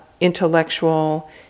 intellectual